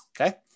okay